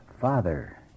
Father